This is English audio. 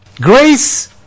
Grace